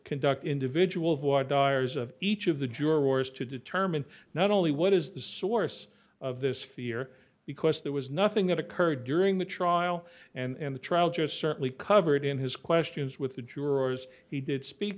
conduct individual voir dire each of the jurors to determine not only what is the source of this fear because there was nothing that occurred during the trial and the trial just certainly covered in his questions with the jurors he did speak